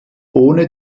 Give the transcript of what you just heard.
ohne